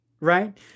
right